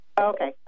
Okay